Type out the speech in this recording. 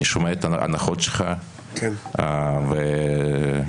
אני שומע את האנחות שלך וזה מגוחך.